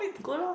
good lor